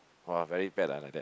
!wow! very bad ah like that